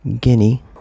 Guinea